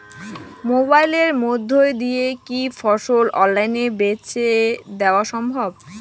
মোবাইলের মইধ্যে দিয়া কি ফসল অনলাইনে বেঁচে দেওয়া সম্ভব?